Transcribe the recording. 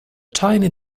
tiny